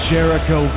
Jericho